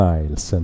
Miles